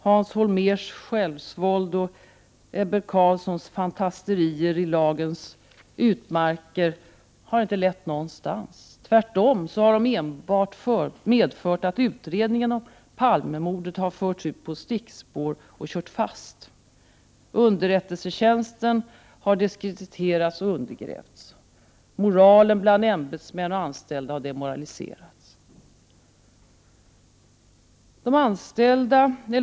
Hans Holmérs självsvåld och Ebbe Carlssons fantasterier i lagens utmarker har inte lett någonstans. Tvärtom har de enbart medfört att utredningen om Palmemordet har förts ut på stickspår och kört fast. Underrättelsetjänsten har deskrediterats och undergrävts. Moralen bland ämbetsmän och anställda har försämrats.